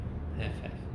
have eh